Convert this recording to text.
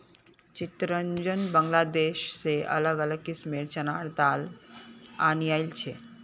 चितरंजन बांग्लादेश से अलग अलग किस्मेंर चनार दाल अनियाइल छे